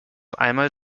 einmal